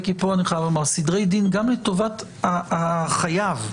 סדרי דין גם לטובת החייב.